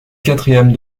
quatrième